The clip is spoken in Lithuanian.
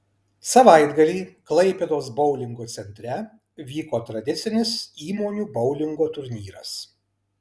savaitgalį klaipėdos boulingo centre vyko tradicinis įmonių boulingo turnyras